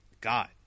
God